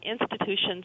institutions